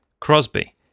Crosby